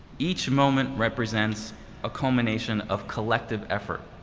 each moment represents a culmination of collective effort.